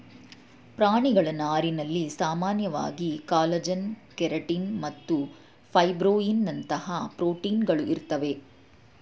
ಪ್ರಾಣಿಗಳ ನಾರಿನಲ್ಲಿ ಸಾಮಾನ್ಯವಾಗಿ ಕಾಲಜನ್ ಕೆರಟಿನ್ ಮತ್ತು ಫೈಬ್ರೋಯಿನ್ನಂತಹ ಪ್ರೋಟೀನ್ಗಳು ಇರ್ತವೆ